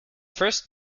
first